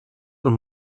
und